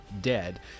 dead